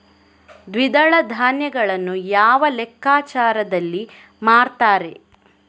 ದ್ವಿದಳ ಧಾನ್ಯಗಳನ್ನು ಯಾವ ಲೆಕ್ಕಾಚಾರದಲ್ಲಿ ಮಾರ್ತಾರೆ?